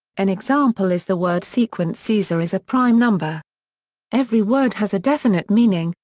an example is the word sequence caesar is a prime number every word has a definite meaning,